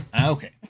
okay